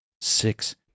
six